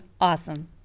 awesome